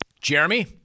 Jeremy